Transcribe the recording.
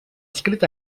escrit